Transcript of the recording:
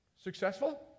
Successful